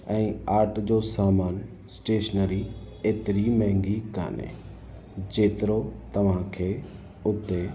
ऐं आर्ट जो सामान स्टेशनरी एतिरी महांगी कोन्हे जेतिरो तव्हांखे उते